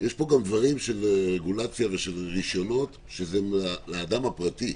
יש פה גם דברים של רגולציה ורישיונות לאדם הפרטי.